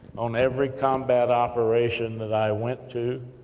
on every combat operation, that i went to,